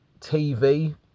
TV